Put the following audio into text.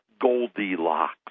Goldilocks